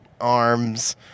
arms